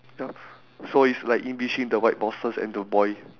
yup so it's like in between the white boxes and the boy